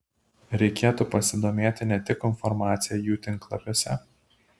reikėtų pasidomėti ne tik informacija jų tinklalapiuose